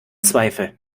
zweifel